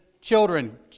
children